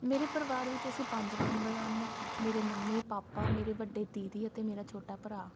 ਮੇਰੇ ਪਰਿਵਾਰ ਵਿੱਚ ਅਸੀਂ ਪੰਜ ਮੈਂਬਰ ਹਨ ਮੇਰੇ ਮੰਮੀ ਪਾਪਾ ਮੇਰੇ ਵੱਡੇ ਦੀਦੀ ਅਤੇ ਮੇਰਾ ਛੋਟਾ ਭਰਾ